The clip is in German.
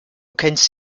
kennst